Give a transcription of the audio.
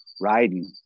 riding